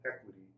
equity